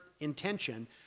intention